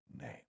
name